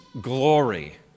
glory